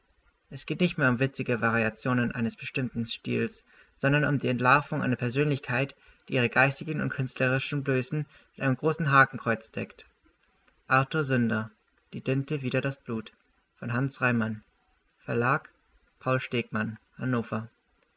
es geht nicht mehr um witzige variationen eines bestimmten stiles sondern um die entlarvung einer persönlichkeit die ihre geistigen und künstlerischen blößen mit einem großen hakenkreuz deckt artur sünder die dinte wider das blut